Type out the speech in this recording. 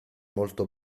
molto